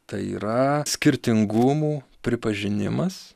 tai yra skirtingumų pripažinimas